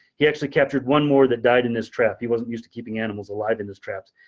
he actually captured one more that died in his trap. he wasn't used to keeping animals alive in this traps,